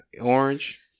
Orange